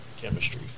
chemistry